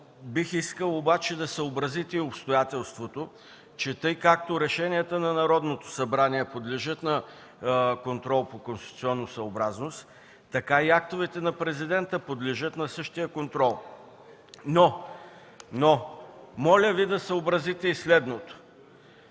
Бих искал обаче да съобразите обстоятелството, че така както решенията на Народното събрание подлежат на контрол по конституционосъобразност, така и актовете на президента подлежат на същия контрол. Но моля Ви да съобразите и следното.